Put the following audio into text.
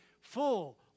full